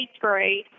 grade